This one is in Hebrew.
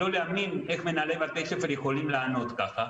לא להאמין איך מנהלי בתי ספר יכולים לענות כך.